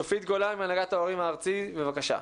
צופית גולן מהנהגת ההורים הארצית, בבקשה.